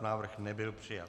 Návrh nebyl přijat.